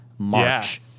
March